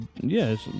Yes